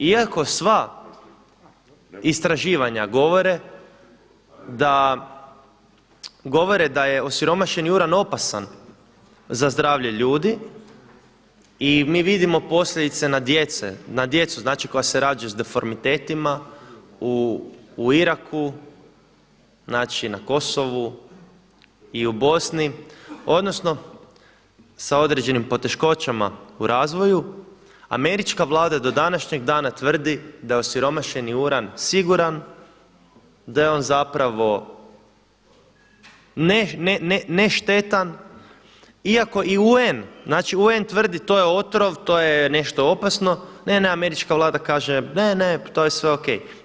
Iako sva istraživanja govore da govore da je osiromašeni uran opasan za zdravlje ljudi i mi vidimo posljedice na djecu koja se rađaju s deformitetima u Iraku, na Kosovu i u Bosni odnosno sa određenim poteškoćama u razvoju, američka vlada do današnjeg dana tvrdi da je osiromašeni uran siguran, da je on zapravo neštetan iako i UN, znači UN tvrdi to je otrov, to je nešto opasno, ne, ne, američka vlada kaže ne, ne, to je sve OK.